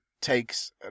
takes